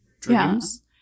dreams